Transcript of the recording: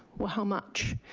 well how much?